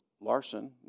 Larson